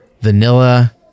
vanilla